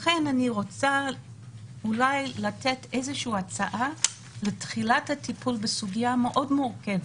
לכן אני רוצה לתת איזושהי הצעה לתחילת הטיפול בסוגיה המאוד מורכבת.